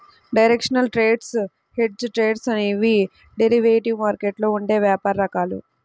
directional trades, hedged trades అనేవి derivative మార్కెట్లో ఉండే వ్యాపార రకాలు